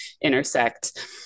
intersect